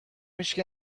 هیچکی